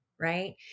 right